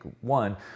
one